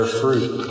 fruit